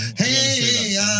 hey